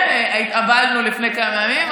התאבלנו לפני כמה ימים,